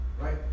right